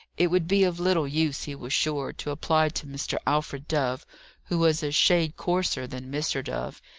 it would be of little use, he was sure, to apply to mr. alfred dove who was a shade coarser than mr. dove,